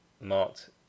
marked